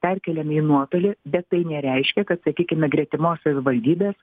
perkeliami į nuotolį bet tai nereiškia kad sakykime gretimos savivaldybės